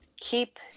keep